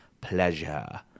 pleasure